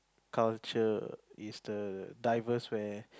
culture is the diverse where